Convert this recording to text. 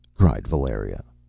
cried valeria.